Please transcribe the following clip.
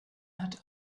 hat